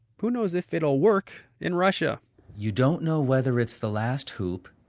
who knows if it'll work in russia you don't know whether it's the last hoop.